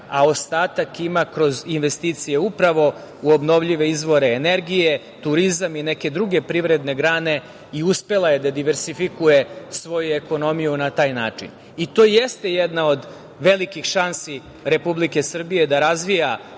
a ostatak ima kroz investicije upravo u obnovljive izvore energije, turizam i neke druge privredne grane i uspela je da diversifikuje svoju ekonomiju na taj način. I to jeste jedna od velikih šansi Republike Srbije da razvija